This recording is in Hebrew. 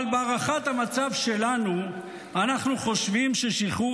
אבל בהערכת המצב שלנו אנחנו חושבים ששחרור